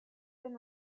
been